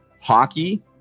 hockey